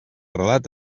relat